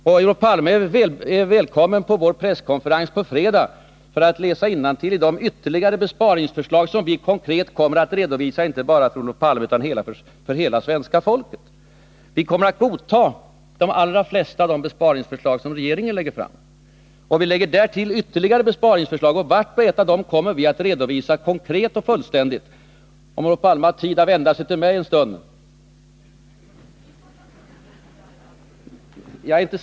Olof Palme är välkommen till vår presskonferens på fredag, då han kan läsa innantill i de ytterligare besparingsförslag som vi konkret kommer att redovisa inte bara för Olof Palme utan för hela svenska folket. Vi kommer att godta de allra flesta av de besparingsförslag som regeringen lägger fram, och vi lägger därtill ytterligare besparingsförslag. Vart och ett av dem kommer vi att redovisa konkret och fullständigt. Olof Palme kanske har tid att vända sig från sina uppvaktande medarbetare och mot mig en stund för att lyssna på vad jag säger.